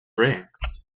ranks